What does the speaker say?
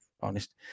Honest